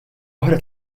oħra